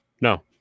No